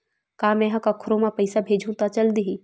का मै ह कोखरो म पईसा भेजहु त चल देही?